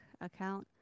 account